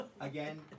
again